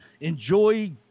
Enjoy